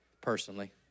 personally